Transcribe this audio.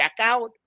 checkout